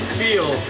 feel